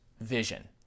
vision